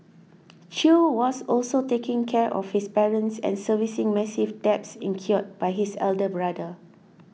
Chew was also taking care of his parents and servicing massive debts incurred by his elder brother